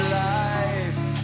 life